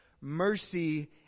mercy